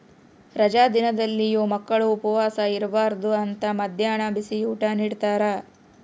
ರಜಾ ದಿನದಲ್ಲಿಯೂ ಮಕ್ಕಳು ಉಪವಾಸ ಇರಬಾರ್ದು ಅಂತ ಮದ್ಯಾಹ್ನ ಬಿಸಿಯೂಟ ನಿಡ್ತಾರ